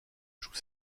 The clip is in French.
joue